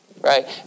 right